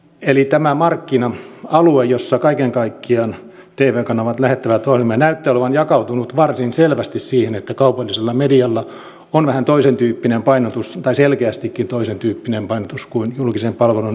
eli tämä markkina alue jossa kaiken kaikkiaan tv kanavat lähettävät ohjelmia näyttää olevan jakautunut varsin selvästi siihen että kaupallisella medialla on vähän toisentyyppinen painotus tai selkeästikin toisentyyppinen painotus kuin julkisen palvelun yhtiöllä